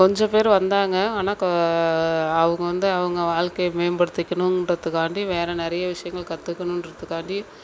கொஞ்சம் பேர் வந்தாங்க ஆனால் க அவங்க வந்து அவங்க வாழ்க்கைய மேம்படுத்திக்கணுன்றத்துக்காண்டி வேறு நிறைய விஷயங்கள் கற்றுக்கணுன்றதுக்காண்டி